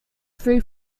free